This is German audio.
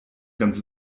ganz